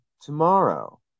tomorrow